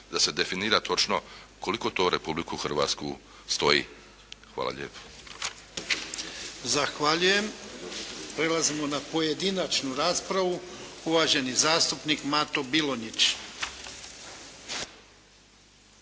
da se definira točno koliko to Republiku Hrvatsku stoji. Hvala lijepo. **Jarnjak, Ivan (HDZ)** Zahvaljujem. Prelazimo na pojedinačnu raspravu. Uvaženi zastupnik Mato Bilonjić.